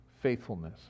faithfulness